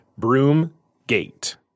Broomgate